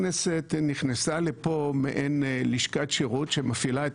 הכנסת נכנסה לפה כמעין לשכת שירות שמפעילה את